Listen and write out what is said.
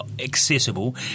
accessible